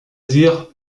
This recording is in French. dire